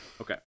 Okay